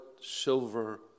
silver